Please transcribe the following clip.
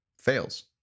fails